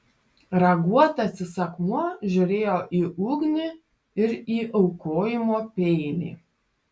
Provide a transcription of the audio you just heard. raguotasis akmuo žiūrėjo į ugnį ir į aukojimo peilį